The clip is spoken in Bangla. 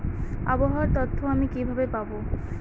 আবহাওয়ার তথ্য আমি কিভাবে পাবো?